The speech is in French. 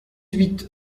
huit